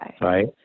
Right